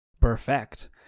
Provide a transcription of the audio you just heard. Perfect